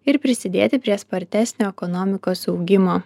ir prisidėti prie spartesnio ekonomikos augimo